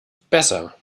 besser